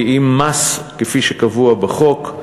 כי אם מס, כפי שקבוע בחוק.